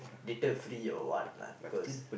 later free or what lah because